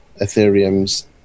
Ethereum's